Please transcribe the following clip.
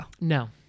No